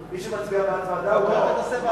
מי שמצביע בעד ועדה הוא בעד.